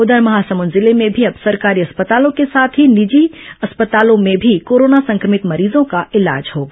उधर महासमुंद जिले में भी अब सरकारी अस्पतालों के साथ ही सात निजी अस्पतालों में भी कोरोना संक्रमित मरीजों का इलाज होगा